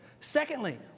Secondly